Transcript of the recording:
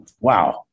Wow